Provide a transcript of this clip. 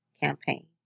campaign